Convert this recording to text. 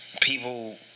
people –